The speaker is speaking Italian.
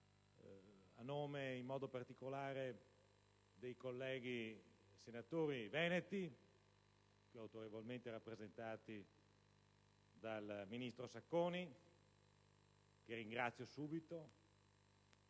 a nome in modo particolare dei colleghi senatori veneti, qui autorevolmente rappresentati dal Ministro Sacconi che ringrazio subito,